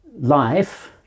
life